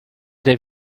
der